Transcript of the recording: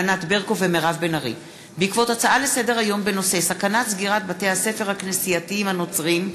ענת ברקו ומירב בן ארי בנושא: ציון מאה שנים לרצח העם הארמני,